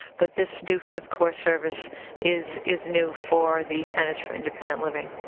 but this new fifth core service is is new for the centers for independent living.